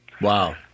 Wow